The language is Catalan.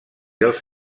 els